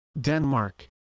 Denmark